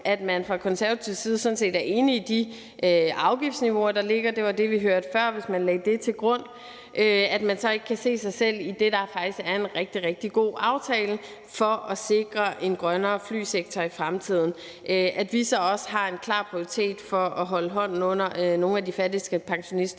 det, fra konservativ side sådan set er enig i de afgiftsniveauer, der ligger, og som var det, vi hørte før, altså hvis man lagde det til grund – at man så ikke kan se sig selv i det, der faktisk er en rigtig, rigtig god aftale for at sikre en grønnere flysektor i fremtiden. At vi så også har en klar prioritet i forhold til at holde hånden under nogle af de fattigste pensionister,